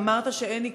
ואמרת שאין עיכוב,